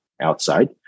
outside